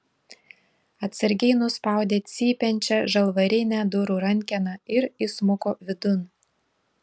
atsargiai nuspaudė cypiančią žalvarinę durų rankeną ir įsmuko vidun